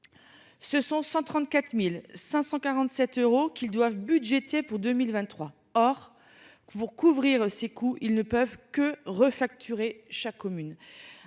Ce sont 134.547 euros qu'ils doivent budgétés pour 2023. Or pour couvrir ses coûts. Ils ne peuvent que refacturée chaque commune.